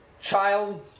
child